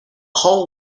hull